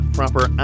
proper